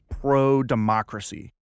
pro-democracy